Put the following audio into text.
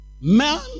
man